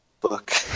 book